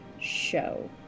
show